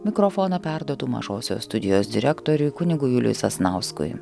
mikrofoną perduodu mažosios studijos direktoriui kunigui juliui sasnauskui